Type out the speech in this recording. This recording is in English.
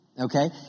Okay